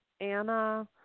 Anna